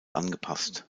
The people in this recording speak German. angepasst